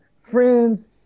Friends